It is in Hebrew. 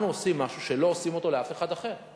אנחנו עושים משהו שלא עושים לאף אחד אחר.